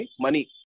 money